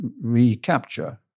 recapture